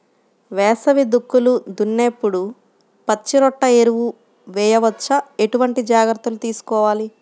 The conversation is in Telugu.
వేసవి దుక్కులు దున్నేప్పుడు పచ్చిరొట్ట ఎరువు వేయవచ్చా? ఎటువంటి జాగ్రత్తలు తీసుకోవాలి?